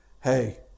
hey